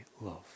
love